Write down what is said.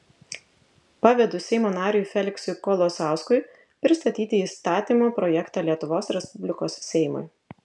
pavedu seimo nariui feliksui kolosauskui pristatyti įstatymo projektą lietuvos respublikos seimui